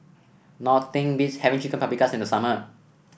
nothing beats having Chicken Paprikas in the summer